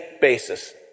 basis